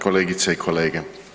Kolegice i kolege.